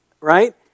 right